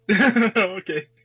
okay